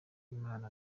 imana